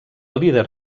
líder